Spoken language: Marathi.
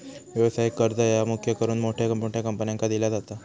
व्यवसायिक कर्ज ह्या मुख्य करून मोठ्या मोठ्या कंपन्यांका दिला जाता